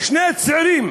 שני צעירים